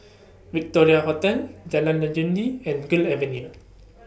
Victoria Hotel Jalan Legundi and Gul Avenue